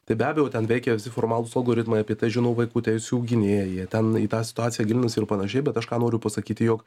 tai be abejo ten veikė formalūs algoritmai apie tai žino vaikų teisių gynėjai jie ten į tą situaciją gilinasi ir panašiai bet aš ką noriu pasakyti jog